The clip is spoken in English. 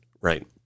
right